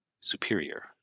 superior